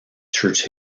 church